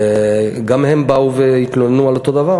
גם הם באו והתלוננו על אותו דבר.